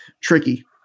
tricky